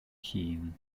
hun